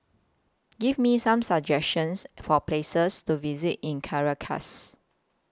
Give Me Some suggestions For Places to visit in Caracas